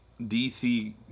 DC